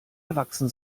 erwachsen